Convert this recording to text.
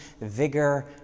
vigor